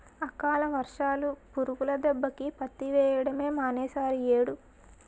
అకాల వర్షాలు, పురుగుల దెబ్బకి పత్తి వెయ్యడమే మానీసేరియ్యేడు